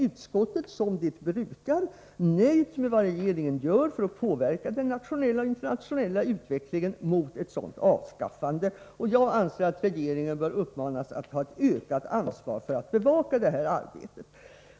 Utskottet är, som det brukar, nöjt med vad regeringen gör för att påverka den nationella och internationella utvecklingen mot ett sådant avskaffande. Jag anser att regeringen bör uppmanas att ta ett ökat ansvar för att bevaka detta arbete.